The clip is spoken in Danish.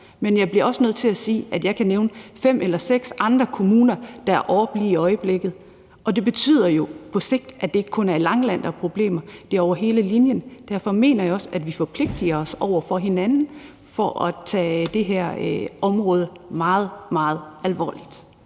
men jeg bliver også nødt til at sige, at jeg kan nævne fem eller seks andre kommuner, der er oppe lige i øjeblikket. Det betyder jo, at det på sigt ikke bare er Langeland, der er problemet, det er over hele linjen. Derfor mener jeg også, at vi forpligtiger os over for hinanden til at tage det her område meget, meget alvorligt.